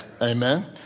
Amen